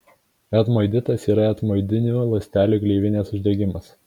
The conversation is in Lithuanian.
etmoiditas yra etmoidinių ląstelių gleivinės uždegimas